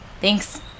Thanks